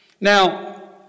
Now